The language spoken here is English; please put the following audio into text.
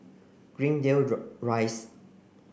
Greendale Rise